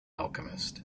alchemist